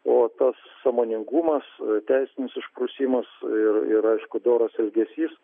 o tas sąmoningumas teisinis išprusimas ir ir aišku doras elgesys